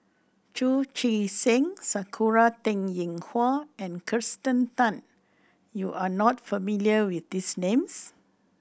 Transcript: Chu Chee Seng Sakura Teng Ying Hua and Kirsten Tan you are not familiar with these names